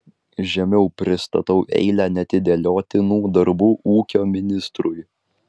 žemiau pristatau eilę neatidėliotinų darbų ūkio ministrui